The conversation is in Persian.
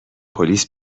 پلیس